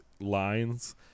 lines